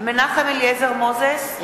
מנחם אליעזר מוזס,